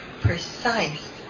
precise